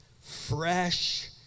Fresh